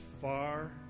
far